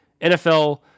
NFL